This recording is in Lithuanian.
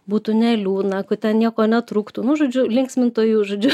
būtų neliūdna kad ten nieko netrūktų nu žodžiu linksmintojų žodžiu